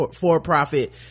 for-profit